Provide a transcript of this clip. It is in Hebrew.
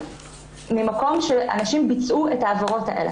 ממקום שאנשים ביצעו את העבירות האלה.